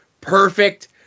perfect